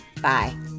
Bye